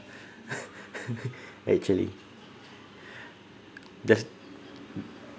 actually just